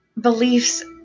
beliefs